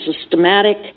systematic